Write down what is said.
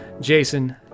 Jason